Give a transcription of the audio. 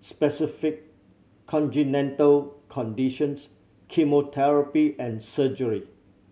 specified congenital conditions chemotherapy and surgery